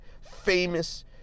famous